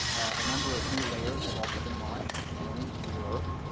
a number of new layers have also been launched this morning in google earth